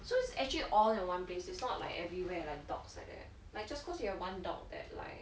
so it's actually all in one place is not like everywhere like dogs like that like just cause you have one dog that like